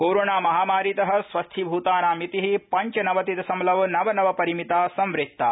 corona महामारीत स्वस्थीभूतानां मिति पञ्चनवति दशमलव नव नव परिमिता संवृत्ता